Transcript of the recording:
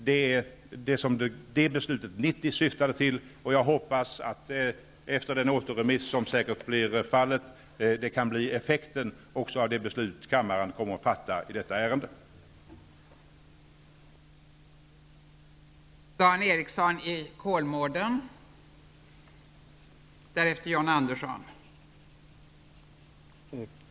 Detta är vad beslutet 1990 syftade till, och jag hoppas att detta också kan bli effekten av det beslut kammaren kommer att fatta i detta ärende efter den återremiss som säkert blir aktuell.